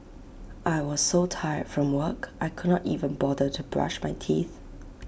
I was so tired from work I could not even bother to brush my teeth